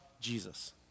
Jesus